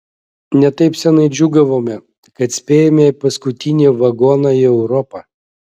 ne taip senai džiūgavome kad spėjome į paskutinį vagoną į europą